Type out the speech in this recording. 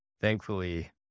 Thankfully